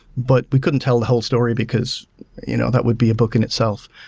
but we couldn't tell the whole story because you know that would be a book in itself.